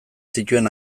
zituen